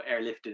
airlifted